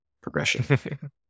progression